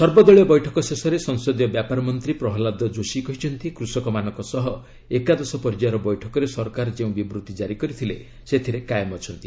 ସର୍ବଦଳୀୟ ବୈଠକ ଶେଷରେ ସଂସଦୀୟ ବ୍ୟାପାର ମନ୍ତ୍ରୀ ପ୍ରହଲ୍ଲାଦ ଯୋଶୀ କହିଛନ୍ତି କୃଷକମାନଙ୍କ ସହ ଏକାଦଶ ପର୍ଯ୍ୟାୟର ବୈଠକରେ ସରକାର ଯେଉଁ ବିବୃତ୍ତି ଜାରି କରିଥିଲେ ସେଥିରେ କାଏମ୍ ଅଛନ୍ତି